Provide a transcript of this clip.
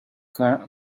county